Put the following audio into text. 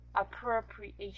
appropriation